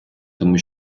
тому